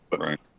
right